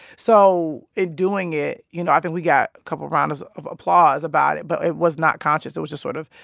so in doing it, you know, i think we got a couple rounds of applause about it, but it was not conscious. it was just sort of,